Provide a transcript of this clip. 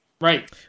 Right